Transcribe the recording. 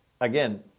again